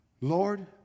Lord